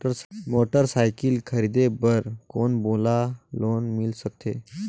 Motorcycle खरीदे बर कौन मोला लोन मिल सकथे?